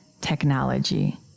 technology